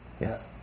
Yes